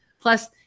Plus